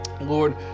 Lord